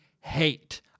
hate